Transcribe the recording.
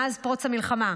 מאז פרוץ המלחמה,